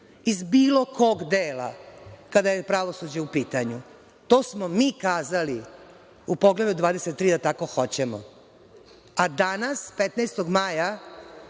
iz bilo kog dela kada je pravosuđe u pitanju. To smo mi kazali u Poglavlju 23 da tako hoćemo, a danas, 15. maja,